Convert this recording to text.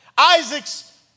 Isaac's